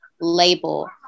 label